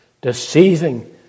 deceiving